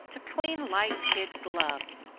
to clean light kid gloves.